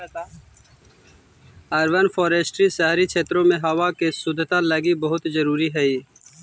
urban forestry शहरी क्षेत्रों में हावा के शुद्धता लागी बहुत जरूरी हई